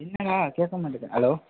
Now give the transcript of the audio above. என்னங்க கேட்க மாட்டுது ஹலோ